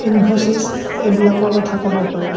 ইনফ'ছিছ এইবিলাকৰ কথা ক'ব পাৰোঁ